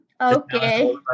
okay